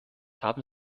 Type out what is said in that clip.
haben